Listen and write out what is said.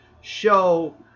show